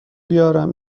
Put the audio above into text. بیارم